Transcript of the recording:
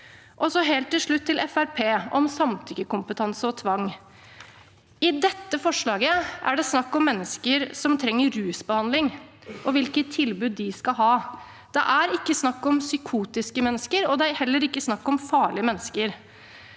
Fremskrittspartiet om samtykkekompetanse og tvang: I dette forslaget er det snakk om mennesker som trenger rusbehandling, og hvilket tilbud de skal ha. Det er ikke snakk om psykotiske mennesker, og det er heller ikke snakk om farlige mennesker.